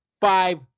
five